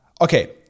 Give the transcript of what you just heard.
okay